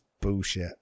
bullshit